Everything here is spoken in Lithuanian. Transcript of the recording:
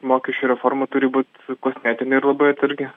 mokesčių reforma turi būt kosmetinė ir labai atsargi